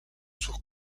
sus